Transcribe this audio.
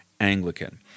Anglican